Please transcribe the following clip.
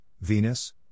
Venus